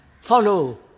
follow